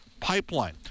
pipeline